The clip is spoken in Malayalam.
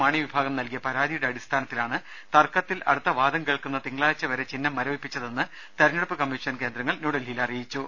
മാണി വിഭാഗം നൽകിയ പരാ തിയുടെ അടിസ്ഥാനത്തിലാണ് തർക്കത്തിൽ അടുത്ത വാദം കേൾക്കുന്ന തിങ്കളാഴ്ച വരെ ചിഹ്നം മരവിപ്പിച്ചതെന്ന് തെരഞ്ഞെടുപ്പ് കമ്മീഷൻ കേന്ദ്രങ്ങൾ ന്യൂഡൽഹിയിൽ അറിയിച്ചു